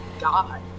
God